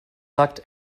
sagt